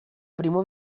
primo